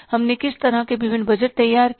हमने किस तरह के विभिन्न बजट तैयार किए